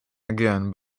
again